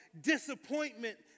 disappointment